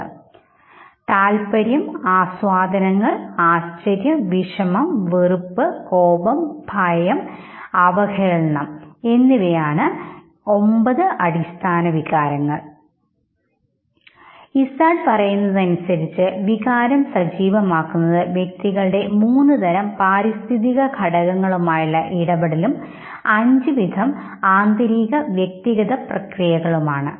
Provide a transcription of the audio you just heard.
Izard താൽപ്പര്യം ആസ്വാദനങ്ങൾ ആശ്ചര്യം വിഷമം വെറുപ്പ് കോപം ലജ്ജ ഭയം അവഹേളനം എന്നിവയാണ് ഇവ ഒമ്പത് അടിസ്ഥാന വികാരങ്ങൾ ഇസാർഡ് പറയുന്നതനുസരിച്ച് വികാരം സജീവമാക്കുന്നത് വ്യക്തികളുടെ മൂന്ന് തരം പാരിസ്ഥിതിക ഘടകങ്ങളുമായുള്ള ഇടപെടലും അഞ്ച് ആന്തരിക വ്യക്തിഗത പ്രക്രിയകളുമാണ്